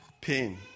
pain